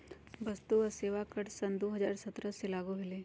वस्तु आ सेवा कर सन दू हज़ार सत्रह से लागू भेलई